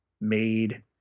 made